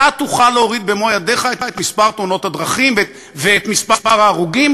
אתה תוכל להוריד במו ידיך את מספר תאונות הדרכים ואת מספר ההרוגים,